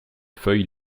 feuilles